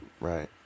Right